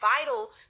vital